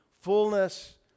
fullness